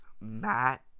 Matt